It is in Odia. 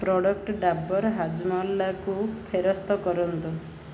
ପ୍ରଡ଼କ୍ଟ ଡାବର୍ ହାଜମୋଲାକୁ ଫେରସ୍ତ କରନ୍ତୁ